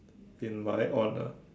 in my honour